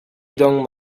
don’t